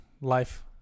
life